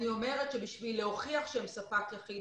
אני אומרת שבשביל להוכיח שהם ספק יחיד,